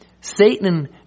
Satan